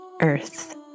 Earth